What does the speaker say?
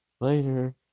later